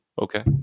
okay